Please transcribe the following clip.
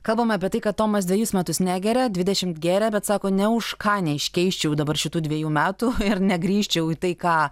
kalbame apie tai kad tomas dvejus metus negeria dvidešimt gėrė bet sako ne už ką neiškeisčiau dabar šitų dviejų metų ir negrįžčiau į tai ką